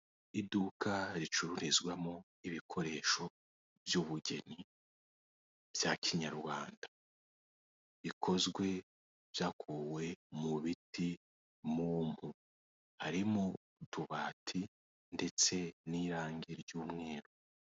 Iduka ricururizwamo ibikoresho by'ubugeni bya kinyarwanda bikozwe byakuwe mu biti mu mpu, harimo utubati ndetse n'irange ry'umweru.